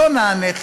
לא נענית,